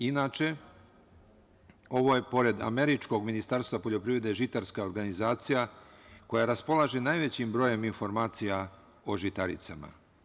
Inače, ovo je pored američkog Ministarstva poljoprivrede žitarstva organizacija koja raspolaže najvećim brojem informacija o žitaricama.